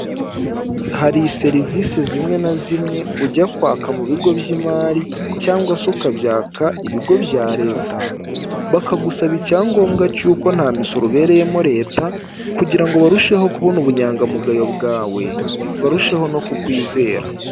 Hari serivisi zimwe na zimwe ujya kwaka mu bigo by'imari cyangwa se ukabyaka ibigo bya leta bakagusaba icyangombwa cy'uko nta misoro ubereyemo leta kugira ngo barusheho kubona ubunyangamugayo bwawe barusheho no kukwizera.